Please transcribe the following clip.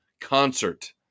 concert